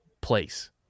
place